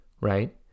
right